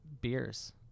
beers